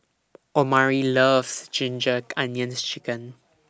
Omari loves Ginger Onions Chicken